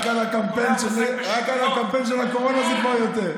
רק הקמפיין של הקורונה זה כבר יותר.